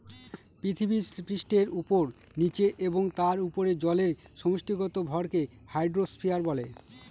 পৃথিবীপৃষ্ঠের উপরে, নীচে এবং তার উপরে জলের সমষ্টিগত ভরকে হাইড্রোস্ফিয়ার বলে